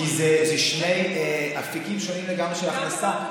כי אלה שני אפיקים שונים לגמרי של הכנסה.